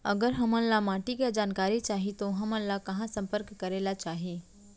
अगर हमन ला माटी के जानकारी चाही तो हमन ला कहाँ संपर्क करे ला चाही?